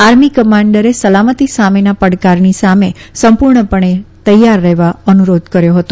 army કમાન્ડરે સલામતી સામેના પડકારની સામે સંપુર્ણ પણે તૈયાર રહેવા અનુરોધ કર્યો હતો